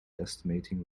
estimating